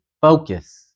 focus